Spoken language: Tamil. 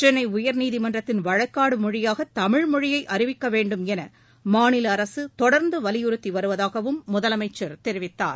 சென்னை உயர்நீதிமன்றத்தின் வழக்காடு மொழியாக தமிழ் மொழியை அறிவிக்க வேண்டுமென மாநில அரசு தொடர்ந்து வலியுறுத்தி வருவதாகவும் முதலமைச்சர் தெரிவித்தார்